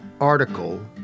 article